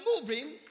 moving